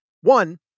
One